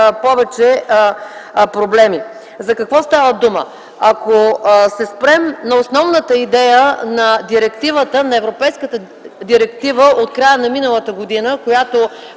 повече проблеми. За какво става дума? Ако се спрем на основната идея на европейската директива от края на миналата година, която